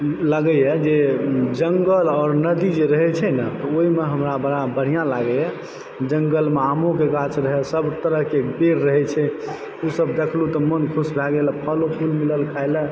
लगैए जे जंगल आओर नदी जे रहै छै न ओहिमे हमरा बड़ा बढ़िआँ लागैए जंगलमे आमोकऽ गाछ रहैए सभ तरहके पेड़ रहैत छै ओसभ देखलहुँ तऽ मोन खुश भए गेल फलो फूल मिलल खाइलऽ